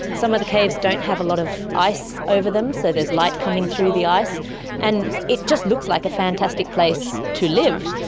some of the caves don't have a lot of ice over them, so there's light coming through the ice and it just looks like a fantastic place to live.